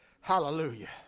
Hallelujah